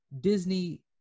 Disney